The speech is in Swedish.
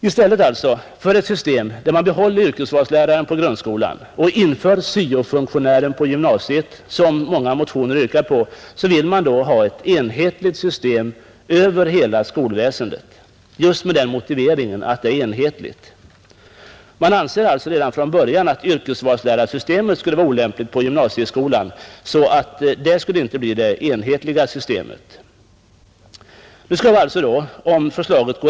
I stället alltså för ett system, där man behåller yrkesvalsläraren på grundskolan och inför syo-funktionären på gymnasieskolan, som flera motioner har yrkat på, vill man ha ett enhetligt system över hela skolväsendet, enbart med den motiveringen att det är enhetligt. Man anser alltså redan från början att yrkesvalslärarsystemet är olämpligt på gymnasieskolan, och därför kan detta inte bli det enhetliga systemet.